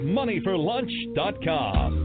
moneyforlunch.com